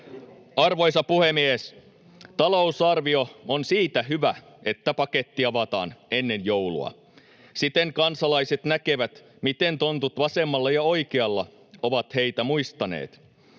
Arvoisa puhemies! Talousarvio on siitä hyvä, että paketti avataan ennen joulua. Siten kansalaiset näkevät, miten tontut vasemmalla ja oikealla ovat heitä muistaneet.